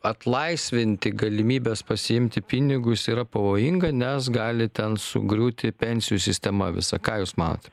atlaisvinti galimybes pasiimti pinigus yra pavojinga nes gali ten sugriūti pensijų sistema visa ką jūs manot